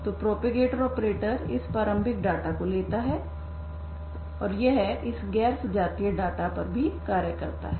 तो propagator operator इस प्रारंभिक डेटा को लेता है और यह इस गैर सजातीय डेटा पर भी कार्य करता है